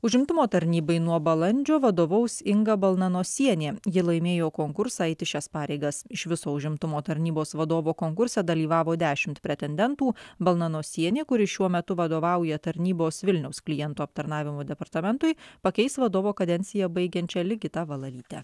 užimtumo tarnybai nuo balandžio vadovaus inga balnanosienė ji laimėjo konkursą eiti šias pareigas iš viso užimtumo tarnybos vadovo konkurse dalyvavo dešimt pretendentų balnanosienė kuri šiuo metu vadovauja tarnybos vilniaus klientų aptarnavimo departamentui pakeis vadovo kadenciją baigiančią ligitą valalytę